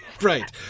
Right